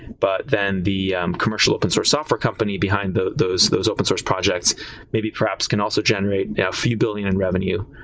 but then the commercial open source software company behind the those those open source projects maybe perhaps can also generate a and yeah few billion in revenue,